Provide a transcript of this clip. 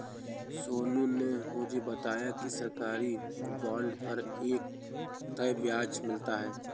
सोनू ने मुझे बताया कि सरकारी बॉन्ड पर एक तय ब्याज मिलता है